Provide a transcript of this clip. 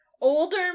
Older